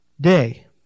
day